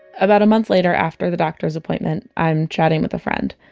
about a month later after the doctor's appointment, i'm chatting with a friend.